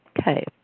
Okay